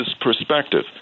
perspective